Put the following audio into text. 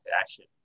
action